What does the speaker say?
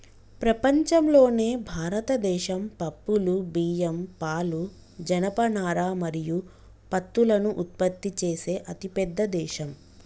ప్రపంచంలోనే భారతదేశం పప్పులు, బియ్యం, పాలు, జనపనార మరియు పత్తులను ఉత్పత్తి చేసే అతిపెద్ద దేశం